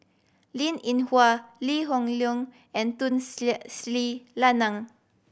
Linn In Hua Lee Hoon Leong and Tun Sri Lanang